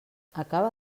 acaba